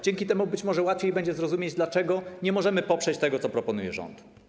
Dzięki temu być może łatwiej będzie zrozumieć, dlaczego nie możemy poprzeć tego, co proponuje rząd.